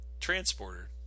transporter